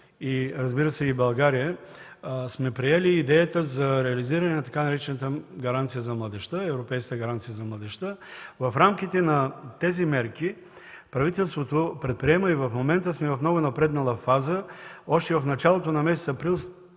разбира се, и България, сме приели идеята за реализиране на така наречената „Европейска гаранция за младежта”. В рамките на тези мерки правителството предприема и в момента сме в много напреднала фаза – още в началото на месец април